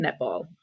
netball